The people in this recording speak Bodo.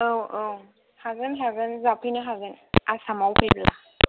औ औ हागोन हागोन जाफैनो हागोन आसामाव फैब्ला